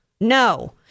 No